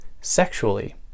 sexually